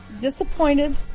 disappointed